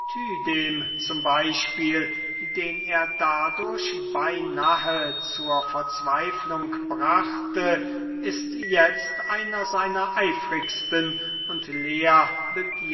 euthydem z b den er dadurch beynahe zur verzweiflung brachte ist jetzt einer seiner eifrigsten und